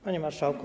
Panie Marszałku!